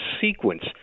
sequence